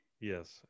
Yes